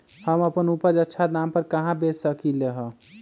हम अपन उपज अच्छा दाम पर कहाँ बेच सकीले ह?